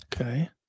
Okay